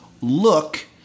look